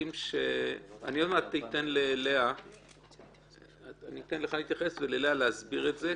עוד מעט אתן לך להתייחס וללאה להסביר את זה,